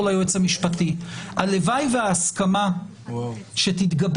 ליועץ המשפטי הלוואי וההסכמה שתתגבש,